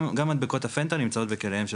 גם מדבקות ה-FENTA נמצאות בכליהם של